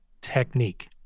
technique